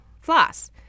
floss